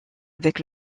avec